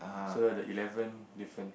so that the eleven different